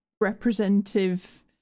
representative